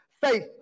faith